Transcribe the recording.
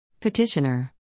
Petitioner